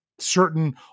certain